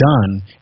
done